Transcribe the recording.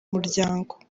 muryango